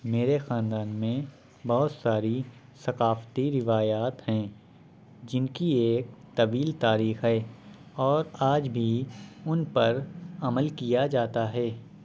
میرے خاندان میں بہت ساری ثقافتی روایات ہیں جن کی ایک طویل تاریخ ہے اور آج بھی ان پر عمل کیا جاتا ہے